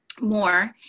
more